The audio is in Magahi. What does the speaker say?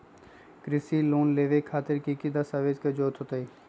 कृषि लोन लेबे खातिर की की दस्तावेज के जरूरत होतई?